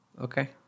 Okay